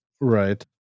Right